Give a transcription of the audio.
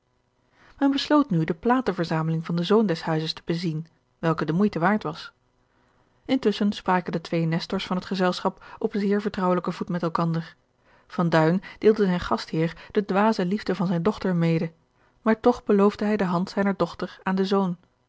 men besloot nu de platenverzameling van den zoon des huizes te bezien welke de moeite waard was intusschen spraken de twee nestors van het gezelschap op zeer vertrouwelijken voet met elkander van duin deelde zijn gastheer de dwaze liefde van zijne dochter mede maar toch beloofde hij de hand zijner dochter aan den zoon